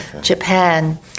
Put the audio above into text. Japan